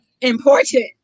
important